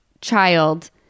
child